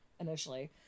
Initially